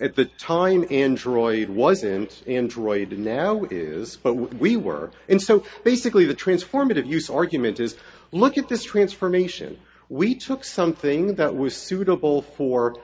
at that time android wasn't android and now it is but we were in so basically the transformative use argument is look at this transformation we took something that was suitable for